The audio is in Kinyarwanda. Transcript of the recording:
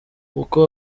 uko